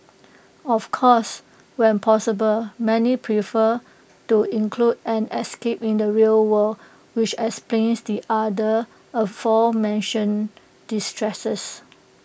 of course when possible many prefer to include an escape in the real world which explains the other aforementioned distresses